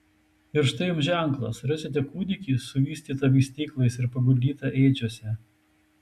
ir štai jums ženklas rasite kūdikį suvystytą vystyklais ir paguldytą ėdžiose